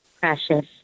precious